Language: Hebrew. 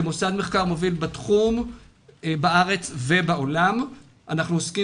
כמוסד מחקר מוביל בתחום בארץ ובעולם אנחנו עוסקים